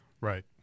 Right